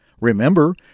Remember